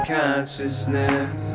consciousness